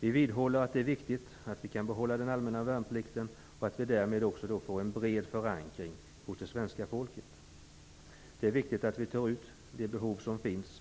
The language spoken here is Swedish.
Vi vidhåller att det är av central betydelse att den allmänna värnplikten kan behållas och att den därmed får en bred förankring hos det svenska folket. Det är angeläget att vi uppfyller de behov som finns.